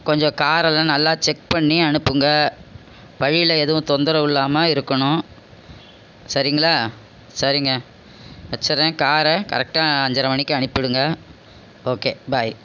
கொஞ்ச காரலாம் நல்லா செக் பண்ணி அனுப்புங்கள் வழியில் எதுவும் தொந்தரவு இல்லாமல் இருக்கணும் சரிங்களா சரிங்க வச்சிடுறேன் காரை கரெக்டாக அஞ்சரை மணிக்கு அனுப்பிவிடுங்க ஓகே பை